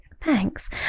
Thanks